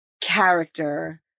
character